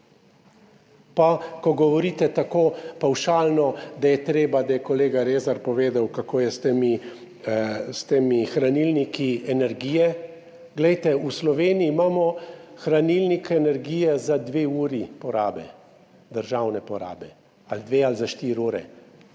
Ko govorite tako pavšalno, da je kolega Rezar povedal, kako je s temi hranilniki energije. V Sloveniji imamo hranilnik energije za dve uri državne porabe, za dve ali za štiri ure,